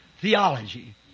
theology